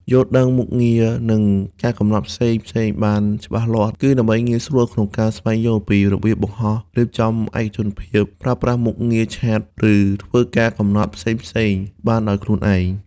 យល់ដឹងមុខងារ និងការកំណត់ផ្សេងៗបានច្បាស់លាស់ គឺដើម្បីងាយស្រួលក្នុងការស្វែងយល់ពីរបៀបបង្ហោះ រៀបចំឯកជនភាព ប្រើប្រាស់មុខងារឆាត ឬធ្វើការកំណត់ផ្សេងៗបានដោយខ្លួនឯង។